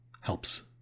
helps